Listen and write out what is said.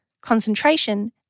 concentration